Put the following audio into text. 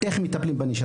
גם בנושא של טיפול בנשירה,